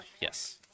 yes